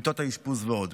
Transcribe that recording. מיטות האשפוז ועוד.